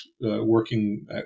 working